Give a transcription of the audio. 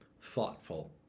thoughtful